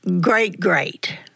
great-great